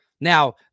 Now